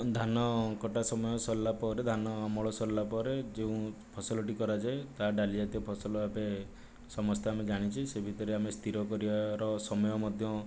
ଧାନ କଟା ସମୟ ସରିଲା ପରେ ଧାନ ଅମଳ ସରିଲା ପରେ ଯେଉଁ ଫସଲଟି କରାଯାଏ ତାହା ଡ଼ାଲି ଜାତୀୟ ଫସଲ ଭାବେ ସମସ୍ତେ ଆମେ ଜାଣିଛେ ସେ ଭିତରେ ଆମେ ସ୍ଥିର କରିବାର ସମୟ ମଧ୍ୟ